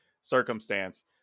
circumstance